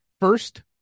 first